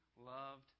loved